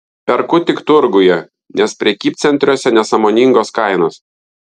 perku tik turguje nes prekybcentriuose nesąmoningos kainos